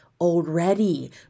already